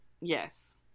Yes